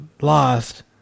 lost